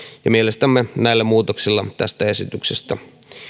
mielestämme näillä muutoksilla tästä esityksestä